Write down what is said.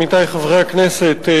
עמיתי חברי הכנסת,